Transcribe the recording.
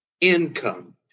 income